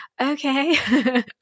okay